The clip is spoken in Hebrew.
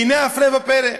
והנה, הפלא ופלא,